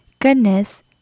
goodness